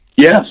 Yes